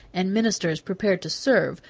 and ministers prepared to serve,